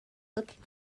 looking